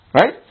Right